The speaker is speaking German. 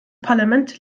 parlament